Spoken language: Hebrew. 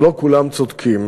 ולא כולם צודקים,